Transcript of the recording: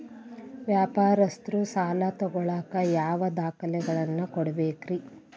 ವ್ಯಾಪಾರಸ್ಥರು ಸಾಲ ತಗೋಳಾಕ್ ಯಾವ ದಾಖಲೆಗಳನ್ನ ಕೊಡಬೇಕ್ರಿ?